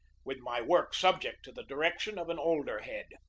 with my work subject to the direction of an older head.